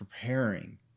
preparing